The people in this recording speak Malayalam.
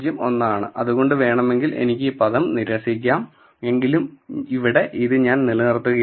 01 ആണ് അതുകൊണ്ടു വേണമെങ്കിൽ എനിക്ക് ഈ പദം നിരസിക്കാം എങ്കിലും ഇവിടെ ഞാൻ ഇത് നിലനിർത്തുകയാണ്